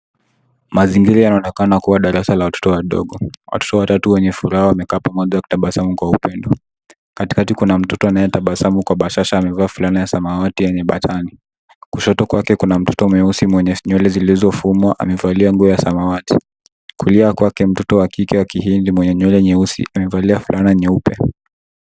Mazingira yanaonyesha watoto watatu waliokusanyika kwa upendo karibu na kitabu cha ibada. Katikati yupo mtoto mwenye tabasamu, amevaa fulana ya samawati yenye vitufe. Kushoto kwake kuna mtoto mwenye ngozi ya weusi na nywele zilizofumwa, amevaa shati la samawati